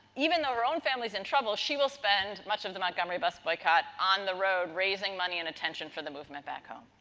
even though her own family's in trouble, she will spend much of the montgomery bus boycott on the road raising money and attention for the movement back home.